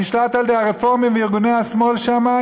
הנשלט על-ידי הרפורמים וארגוני השמאל שם,